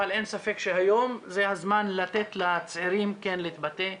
אבל אין ספק שהיום זה הזמן לתת לצעירים כן להתבטא ולנוער.